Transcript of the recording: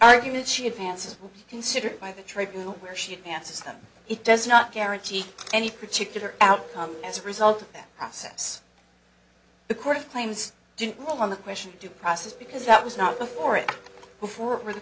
argument she advance is considered by the tribunal where she passes them it does not guarantee any particular outcome as a result of that process the court of claims didn't rule on the question due process because that was not before it before the